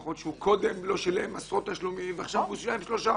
יכול להיות שהוא קודם לא שילם עשרות תשלומים ועכשיו הוא שילם שלושה.